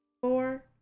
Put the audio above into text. four